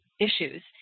issues